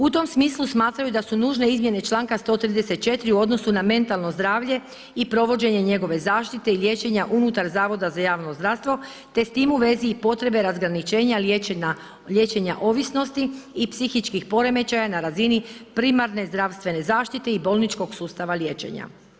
U tom smislu smatraju da su nužne izmjene članka 134. u odnosu na mentalno zdravlje i provođenje njegove zaštite i liječenja unutar Zavoda za javno zdravstvo te s tim u vezi i potrebe razgraničenja liječenja ovisnosti i psihičkih poremećaja na razini primarne zdravstvene zaštite i bolničkog sustava liječenja.